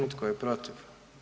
I tko je protiv?